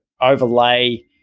overlay